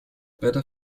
better